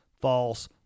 false